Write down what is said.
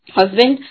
husband